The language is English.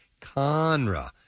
Conra